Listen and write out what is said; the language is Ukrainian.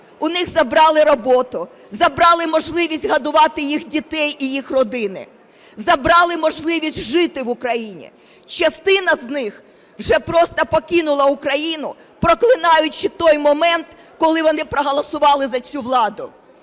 у них забрали роботу, забрали можливість годувати їх дітей і їх робити, забрали можливість жити в Україні. Частина з них вже просто покинули Україну, проклинаючи той момент, коли вони проголосували за цю владу.